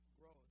growth